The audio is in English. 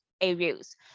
areas